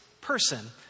person